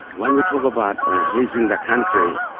when we talk about listing the country,